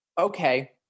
okay